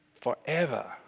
forever